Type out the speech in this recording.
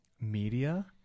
media